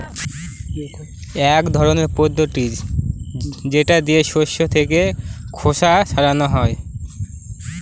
এক ধরনের পদ্ধতি যেটা দিয়ে শস্য থেকে খোসা ছাড়ানো হয়